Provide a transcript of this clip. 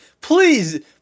please